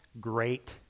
great